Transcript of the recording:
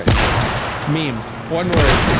not mine. memes. one word. yeah.